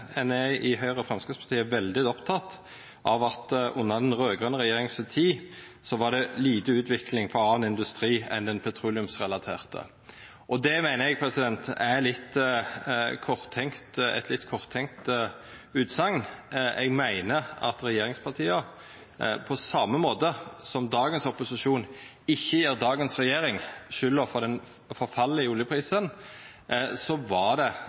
under den raud-grøne regjeringa var det lite utvikling for annan industri enn den petroleumsrelaterte. Det meiner eg er ei litt korttenkt utsegn. Eg meiner at på same måte som dagens opposisjon ikkje gjev dagens regjering skulda for fallet i oljeprisen, så var det